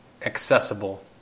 Accessible